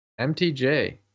MTJ